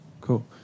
Cool